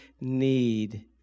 need